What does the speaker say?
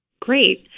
Great